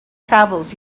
travels